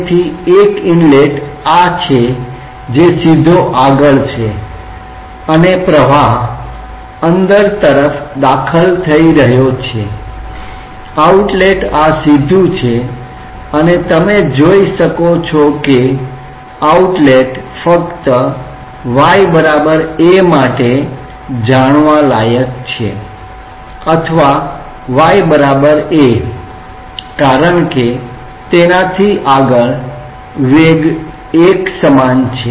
તેથી એક ઇનલેટ આ છે જે સીધો આગળ છે અને પ્રવાહ અંદર તરફ દાખલ થઈ રહ્યો છે આઉટલેટ આ સીધું છે અને તમે જોઈ શકો છો કે આઉટલેટ ફક્ત y a માટે જાણવા લાયક છે અથવા y a કારણ કે તેનાથી આગળ વેગ એકસમાન રહે છે